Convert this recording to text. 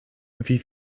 wie